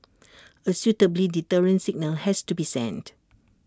A suitably deterrent signal has to be sent